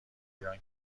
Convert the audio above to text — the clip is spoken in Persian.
ایران